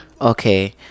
okay